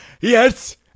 Yes